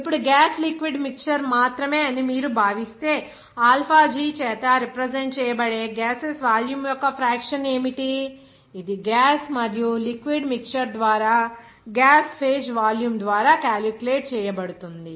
ఇప్పుడు gas liquid mixture మాత్రమే అని మీరు భావిస్తే ఆల్ఫా జి చేత రిప్రజెంట్ చేయబడే గ్యాసెస్ వాల్యూమ్ ఫ్రాక్షన్ ఏమిటి ఇది గ్యాస్ మరియు లిక్విడ్ మిక్చర్ ద్వారా గ్యాస్ ఫేజ్ వాల్యూమ్ ద్వారా క్యాలిక్యులేట్ చేయబడుతుంది